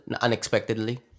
unexpectedly